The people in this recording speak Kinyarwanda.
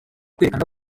kwerekana